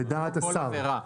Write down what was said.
לדעת השר.